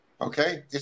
Okay